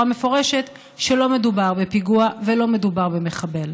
מפורשת שלא מדובר בפיגוע ולא מדובר במחבל.